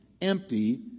empty